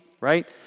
right